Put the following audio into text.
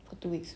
for two weeks